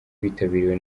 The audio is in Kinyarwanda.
witabiriwe